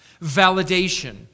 validation